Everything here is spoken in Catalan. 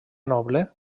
noble